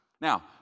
Now